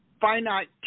finite